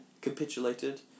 capitulated